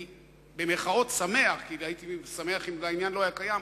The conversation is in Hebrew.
אני "שמח" כי הייתי שמח אם העניין לא היה קיים,